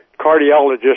cardiologist